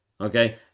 Okay